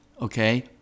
okay